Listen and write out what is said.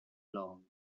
long